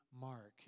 Mark